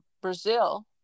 Brazil